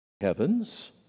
heavens